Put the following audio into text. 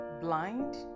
blind